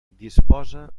disposa